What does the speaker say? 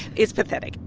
it's pathetic.